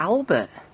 Albert